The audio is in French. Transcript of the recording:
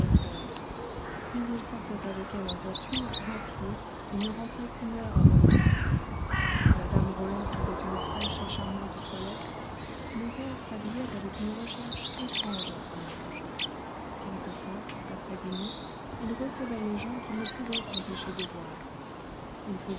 d'affaires puis il sortait avec elle en voiture ou à pied et ne rentrait qu'une heure avant le dîner mme roland faisait une fraîche et charmante toilette mon père s'habillait avec une recherche étrange à son âge quelquefois après dîner il recevait les gens qu'il ne pouvait s'empêcher de voir il